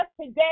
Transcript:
today